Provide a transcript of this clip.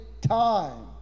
time